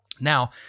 Now